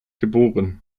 geb